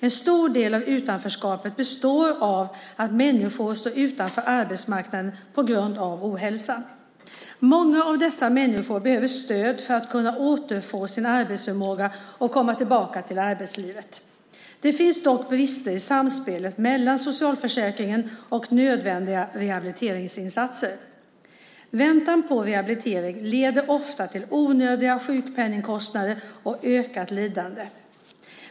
En stor del av utanförskapet består av att människor står utanför arbetsmarknaden på grund av ohälsa. Många av dessa människor behöver stöd för att kunna återfå sin arbetsförmåga och komma tillbaka till arbetslivet. Det finns dock brister i samspelet mellan socialförsäkringen och nödvändiga rehabiliteringsinsatser. Väntan på rehabilitering leder ofta till onödiga sjukpenningkostnader och ökat lidande.